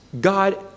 God